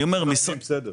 משרד הפנים בסדר.